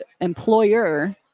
employer